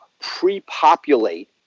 pre-populate